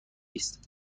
است